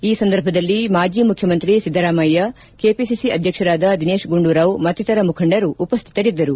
ಈ ಸಂದರ್ಭದಲ್ಲಿ ಮಾಜಿ ಮುಖ್ಯಮಂತ್ರಿ ಸಿದ್ದರಾಮಯ್ಯ ಕೆಪಿಸಿಸಿ ಅಧ್ಯಕ್ಷರಾದ ದಿನೇತ್ ಗುಂಡೂರಾವ್ ಮತ್ತಿತರರ ಮುಖಂಡರು ಉಪಸ್ಹಿತರಿದ್ದರು